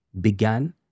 Began